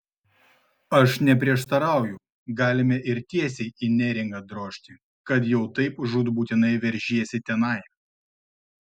aš neprieštarauju galime ir tiesiai į neringą drožti kad jau taip žūtbūtinai veržiesi tenai